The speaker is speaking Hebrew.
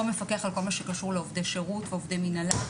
מפקח על כל מה שקשור לעובדי שירות ועובדי מינהלה.